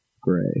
Gray